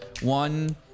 one